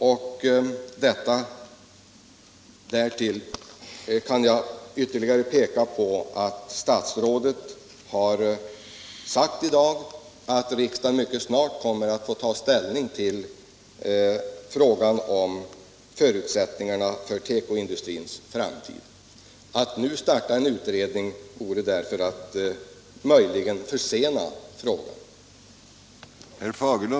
Jag kan ytterligare peka på att statsrådet i dag har sagt att riksdagen mycket snart kommer att få ta ställning till frågan om förutsättningarna för tekoindustrins framtid. Att nu starta en utredning vore därför möjligen att försena frågan.